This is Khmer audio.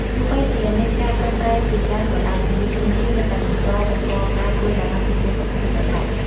ទោះបីជាមានការប្រឹងប្រែងជាច្រើនក៏ដោយ ជំងឺគ្រុនឈាមនៅតែបន្តបង្កការព្រួយបារម្ភចំពោះសុខភាពដដែល។